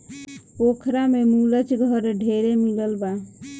पोखरा में मुलच घर ढेरे मिलल बा